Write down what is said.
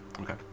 Okay